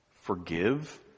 forgive